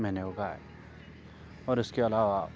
میں نے اگائے اور اس کے علاوہ